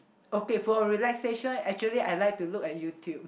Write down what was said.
okay for relaxation actually I like to look at YouTube